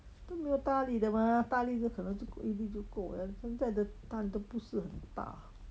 都没有大粒的吗大粒都可能就一粒就够了 then 现在的蛋都不是很大